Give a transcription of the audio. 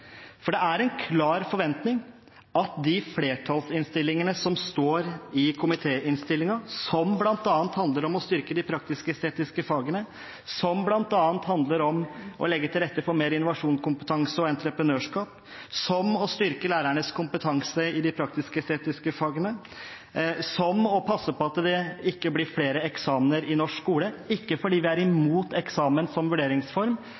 Det er en klar forventning knyttet til de flertallsmerknadene som står i komitéinnstillingen som handler om å styrke de praktisk-estetiske fagene, som handler om å legge til rette for mer innovasjon, kompetanse og entreprenørskap, som handler om å styrke lærernes kompetanse i de praktisk-estetiske fagene, og som handler om å passe på at det ikke blir flere eksamener i norsk skole, ikke fordi vi er imot eksamen som vurderingsform,